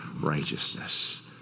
righteousness